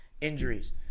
injuries